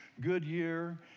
Goodyear